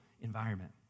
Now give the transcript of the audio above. environment